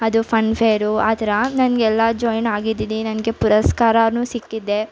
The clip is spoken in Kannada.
ಅದು ಫನ್ ಫೇರು ಆ ಥರ ನಾನು ಎಲ್ಲ ಜಾಯಿನ್ ಆಗಿದ್ದೀನಿ ನನಗೆ ಪುರಸ್ಕಾರವೂ ಸಿಕ್ಕಿದೆ